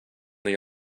that